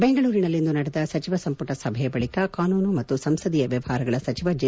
ಬೆಂಗಳೂರಿನಲ್ಲಿಂದು ನಡೆದ ಸಚಿವ ಸಂಮಟ ಸಭೆಯ ಬಳಿಕ ಕಾನೂನು ಮತ್ತು ಸಂಸದೀಯ ವ್ಯವಹಾರಗಳ ಸಚಿವ ಜೆ